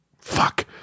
fuck